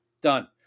done